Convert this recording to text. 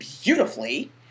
beautifully